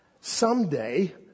someday